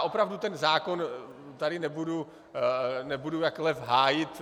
Opravdu ten zákon tady nebudu jak lev hájit.